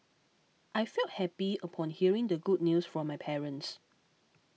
I felt happy upon hearing the good news from my parents